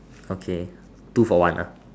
okay two for one ah